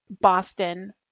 Boston